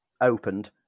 opened